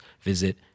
visit